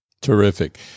Terrific